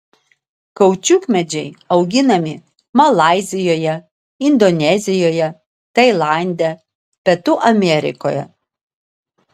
kaučiukmedžiai auginami malaizijoje indonezijoje tailande pietų amerikoje